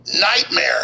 nightmare